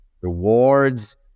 rewards